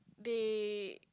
they